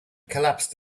collapsed